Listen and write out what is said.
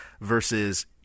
versus